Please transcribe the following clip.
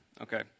Okay